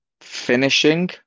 finishing